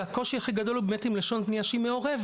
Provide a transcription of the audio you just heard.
הקושי הכי גדול באמת הוא עם לשון פניה שהיא מעורבת,